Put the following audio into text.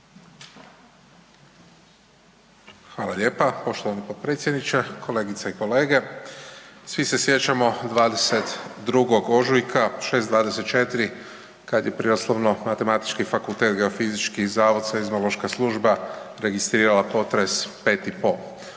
Hvala lijepa poštovani potpredsjedniče. Kolegice i kolege, svi se sjećamo 22. ožujka 6,24 kad je Prirodoslovno-matematički fakultet, Geofizički zavod, Seizmološka služba registrirala potres 5,5